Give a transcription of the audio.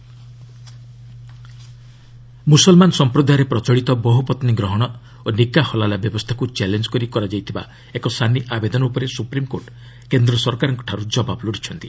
SC polygamy ମୁସଲମାନ ସଂପ୍ରଦାୟରେ ପ୍ରଚଳିତ ବହୁପତ୍ନୀ ଗ୍ରହଣ ଓ ନିକାହ ହଲାଲା ବ୍ୟବସ୍ଥାକୁ ଚାଲେଞ୍ଜ କରି କରାଯାଇଥିବା ଏକ ସାନି ଆବେଦନ ଉପରେ ସୁପ୍ରିମକୋର୍ଟ କେନ୍ଦ୍ର ସରକାରଙ୍କଠାରୁ ଜବାବ ଲୋଡ଼ିଛନ୍ତି